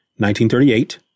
1938